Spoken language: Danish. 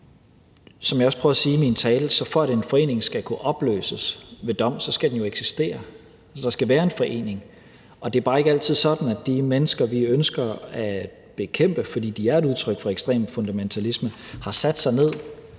Som jeg også prøvede at sige i min tale: For at en forening skal kunne opløses ved dom, skal den jo eksistere; der skal være en forening. Og det er bare ikke altid sådan, at de mennesker, vi ønsker at bekæmpe, fordi de er et udtryk for ekstrem fundamentalisme, har sat sig ned,